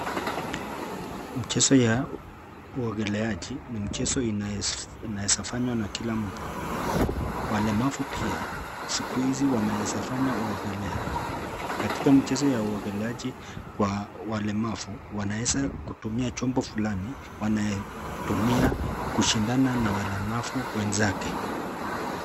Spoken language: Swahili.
Mchezo ya uogeleaji ni mchezo inaeza fanywa na kila mtu. Walemavu pia siku hizi wanaeza fanya uogeleaji. Katika michezo ya uogeleaji kwa walemavu wanaeza kutumia chombo fulani wanayetumia kushindana na walemavu wenzake.